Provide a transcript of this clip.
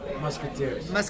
Musketeers